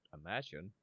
imagine